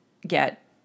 get